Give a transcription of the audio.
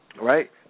right